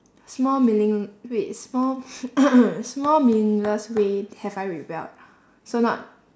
small meaning~ wait small small meaningless way have I rebelled so not